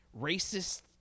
racist